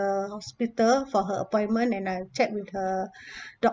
the hospital for her appointment and I chat with her